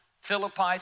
Philippi